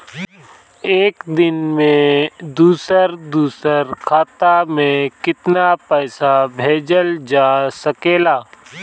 एक दिन में दूसर दूसर खाता में केतना पईसा भेजल जा सेकला?